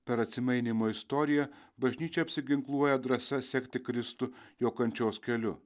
per atsimainymo istoriją bažnyčia apsiginkluoja drąsa sekti kristų jo kančios keliu